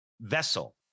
vessel